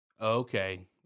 Okay